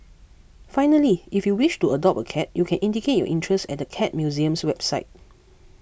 finally if you wish to adopt a cat you can indicate your interest at the Cat Museum's website